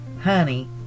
honey